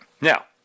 Now